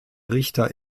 richter